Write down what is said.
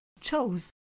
chose